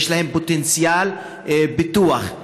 יש להם פוטנציאל פיתוח,